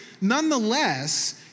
Nonetheless